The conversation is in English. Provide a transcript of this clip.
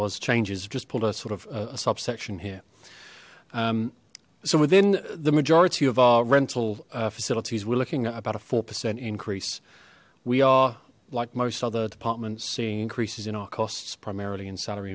was changes just pulled a sort of a subsection here so within the majority of our rental facilities we're looking at about a four percent increase we are like most other departments seeing increases in our costs primarily in salary